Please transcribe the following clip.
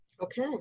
okay